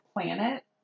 planet